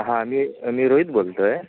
हां मी मी रोहित बोलतो आहे